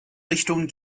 richtungen